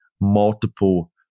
multiple